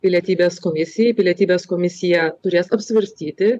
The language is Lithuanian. pilietybės komisijai pilietybės komisija turės apsvarstyti